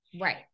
right